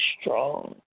strong